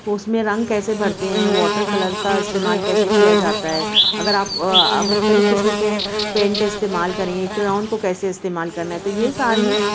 اس میں رنگ کیسے بھرتے ہیں واٹر کلر کا استعمال کیسے کیا جاتا ہے اگر آپ مختلف قسم کے پینٹ استعمال کریں گے کراؤن کو کیسے استعمال کرنا ہے تو یہ ساری